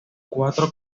cuatro